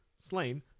Slain